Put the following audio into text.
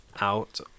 out